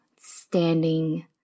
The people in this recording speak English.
standing